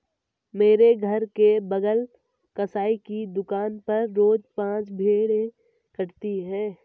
मेरे घर के बगल कसाई की दुकान पर रोज पांच भेड़ें कटाती है